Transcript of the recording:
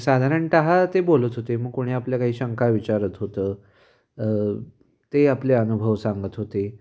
साधारणतः ते बोलत होते मग कोणी आपल्या काही शंका विचारत होतं तेही आपले अनुभव सांगत होते